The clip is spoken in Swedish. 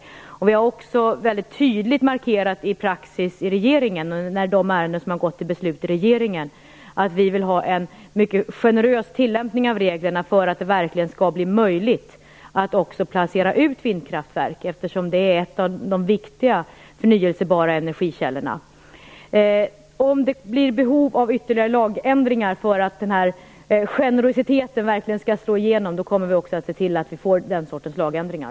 Vi i regeringen har också väldigt tydligt i praxis markerat i fråga om ärenden som gått till beslut hos regeringen att vi vill ha en mycket generös tillämpning av reglerna för att det verkligen skall bli möjligt att placera ut vindkraftverk. Vindkraften är ju en av de viktiga förnyelsebara energikällorna. Om det blir behov av ytterligare lagändringar för att den här generositeten verkligen skall kunna slå igenom kommer vi att se till att vi får den sortens lagändringar.